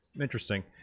Interesting